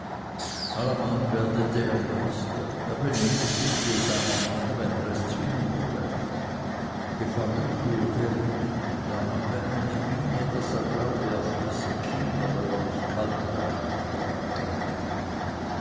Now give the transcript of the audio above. werde der meister er benehme sich wie es einer mache wenn er es zwingen wolle gefallen tue der ihm nicht er mache eine miene daß er glaube der fresse kinder wenn er nicht kalbfleisch bekommen könne